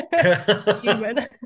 Human